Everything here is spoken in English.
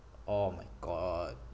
oh my god